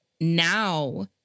now